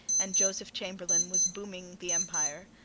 and joseph chamberlain was booming the empire,